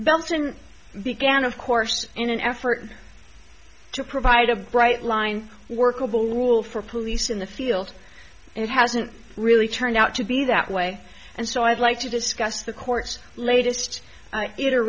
belton began of course in an effort to provide a bright line workable rule for police in the field and it hasn't really turned out to be that way and so i'd like to discuss the court's latest iterat